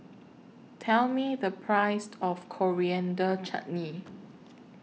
Tell Me The Price of Coriander Chutney